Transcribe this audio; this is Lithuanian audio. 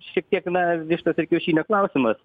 šiek tiek na vištos ir kiaušinio klausimas